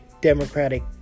Democratic